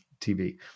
TV